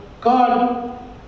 God